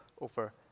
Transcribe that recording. over